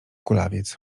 kulawiec